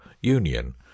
union